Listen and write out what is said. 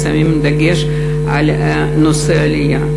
שמים דגש על נושא העלייה.